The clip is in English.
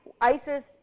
ISIS